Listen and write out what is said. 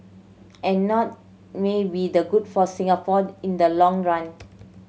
and not may be the good for Singapore in the long run